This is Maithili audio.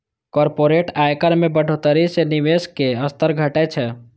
कॉरपोरेट आयकर मे बढ़ोतरी सं निवेशक स्तर घटै छै